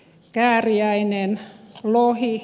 kääriäinen on ohi